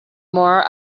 more